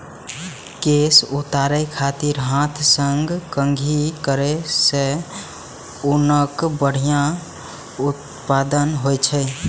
केश उतारै खातिर हाथ सं कंघी करै सं ऊनक बढ़िया उत्पादन होइ छै